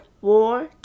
War